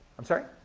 i'm sorry?